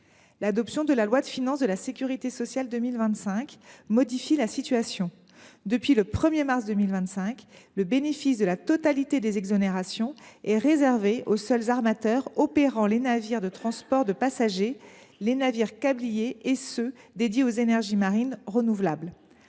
L’adoption de la loi de financement de la sécurité sociale pour 2025 modifie la donne : depuis le 1 mars 2025, le bénéfice de la totalité des exonérations est réservé aux seuls armateurs opérant des navires de transport de passagers, des navires câbliers et des navires de service consacrés aux énergies marines renouvelables.